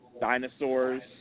dinosaurs